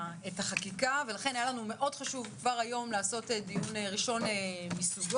החקיקה ולכן היה לנו חשוב מאוד כבר היום לעשות דיון ראשון מסוגו.